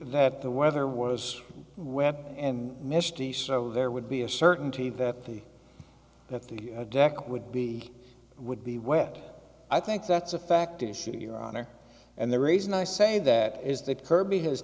that the weather was wet and misty so there would be a certainty that he that the deck would be would be wet i think that's a fact issue your honor and the reason i say that is that kirby has